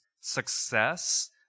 success